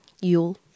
Yule